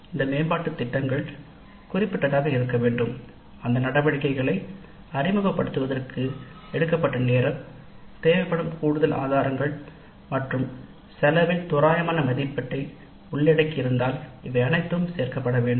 இவை மேம்பாட்டுத் திட்டங்கள் குறிப்பிட்டதாக இருக்க வேண்டும் அவை அறிமுகப்படுத்த தேவைப்படும் நேரத்தை உள்ளடக்கியிருக்க வேண்டும் தேவைப்படும் கூடுதல் ஆதாரங்கள் மற்றும் செலவின் தோராயமான மதிப்பீடு இந்த விஷயங்கள் அனைத்தும் சேர்க்கப்பட வேண்டும்